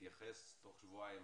להתייחס תוך שבועיים